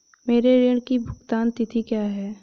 मेरे ऋण की भुगतान तिथि क्या है?